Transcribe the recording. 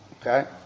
Okay